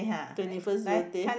twenty first birthday